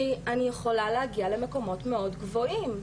כי אני יכולה להגיע למקומות מאוד גבוהים,